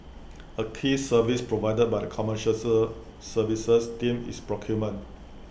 A key service provided by the commercial sir services team is procurement